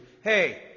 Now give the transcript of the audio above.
hey